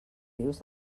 rius